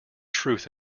truth